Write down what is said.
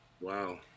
Wow